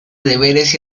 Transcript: deberes